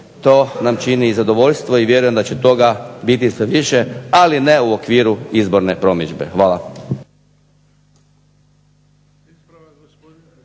to nam čini zadovoljstvo i vjerujem da će toga biti sve više, ali ne u okviru izborne promidžbe. Hvala.